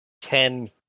ten